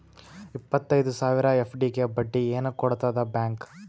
ಇಪ್ಪತ್ತೈದು ಸಾವಿರ ಎಫ್.ಡಿ ಗೆ ಬಡ್ಡಿ ಏನ ಕೊಡತದ ಬ್ಯಾಂಕ್?